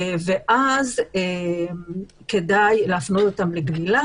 ואז כדאי להפנות אותם לגמילה.